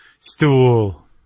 stool